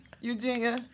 Eugenia